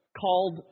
called